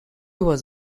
was